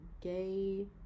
gay